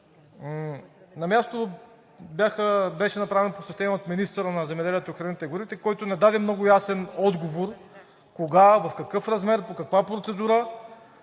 На място беше направено посещение от министъра на земеделието, храните и горите, който не даде много ясен отговор кога, в какъв размер, по каква процедура